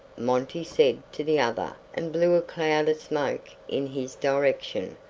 monty said to the other and blew a cloud of smoke in his direction.